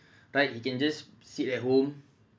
right you can just sit at home